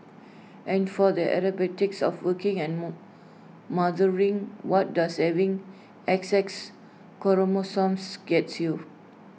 and for the acrobatics of working and mood mothering what does having X X chromosomes gets you